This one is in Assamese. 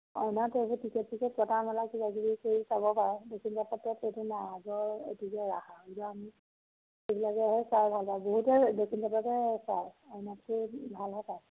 টিকেট চিকেট কটা মেলা কিবাকিবি কৰি চাব পাৰে দক্ষিনণপাট সত্ৰত সেইটো নাই আৰু আগৰ অতীজৰ ৰাস আৰু আমি সেইবিলাকেহে চাই ভালপাওঁ বহুতে দক্ষিণপাটতে চায় অইনতকৈ ভালহে পায়